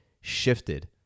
shifted